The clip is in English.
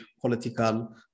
political